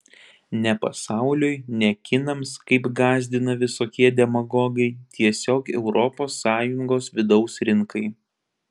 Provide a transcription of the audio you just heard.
ne pasauliui ne kinams kaip gąsdina visokie demagogai tiesiog europos sąjungos vidaus rinkai